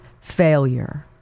failure